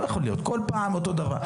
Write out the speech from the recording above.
לא יכול להיות כל פעם אותו דבר.